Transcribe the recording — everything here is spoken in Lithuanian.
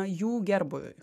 jų gerbūviui